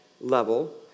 level